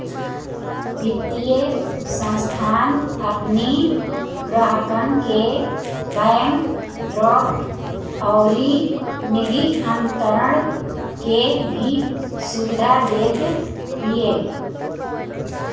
वित्तीय संस्थान अपनी ग्राहकन के बैंक ड्राफ्ट अउरी निधि अंतरण के भी सुविधा देत बिया